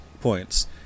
points